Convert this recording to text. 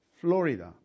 Florida